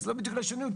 זו לא בדיוק רשלנות,